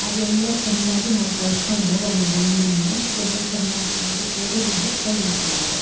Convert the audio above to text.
ಅದೆಲ್ಲ ಚೆನ್ನಾಗಿ ನಾವು ಕಲೆಸ್ಕೊಂಡು ಒಂದು ಬಾಂಡ್ಲಿಯಲ್ಲಿ ಎಲ್ಲ ಚೆನ್ನಾಗಿ ಎರಡು ಸೇರಿ ನಾವು ಫ್ರೈ ಮಾಡ್ಕೊಳ್ಬೇಕು